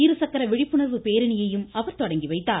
இருசக்கர விழிப்புண்வு பேரணியையும் அவர் தொடங்கிவைத்தார்